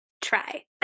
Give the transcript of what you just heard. try